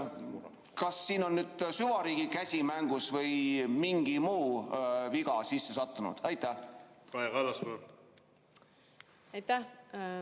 Kas siin on nüüd süvariigi käsi mängus või mingi muu viga on sisse sattunud? Suur